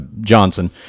Johnson